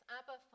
Abba